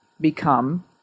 become